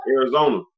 Arizona